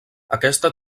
aquesta